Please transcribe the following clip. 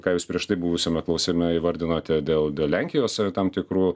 ką jūs prieš tai buvusiame klausime įvardinote dėl dėl lenkijos tam tikrų